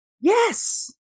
Yes